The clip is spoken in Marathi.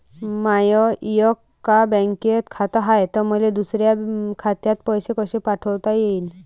माय एका बँकेत खात हाय, त मले दुसऱ्या खात्यात पैसे कसे पाठवता येईन?